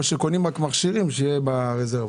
או שקונים מכשירים שיהיה ברזרבות?